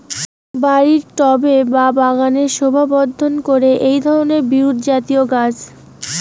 বাড়ির টবে বা বাগানের শোভাবর্ধন করে এই ধরণের বিরুৎজাতীয় গাছ